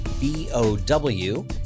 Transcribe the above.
B-O-W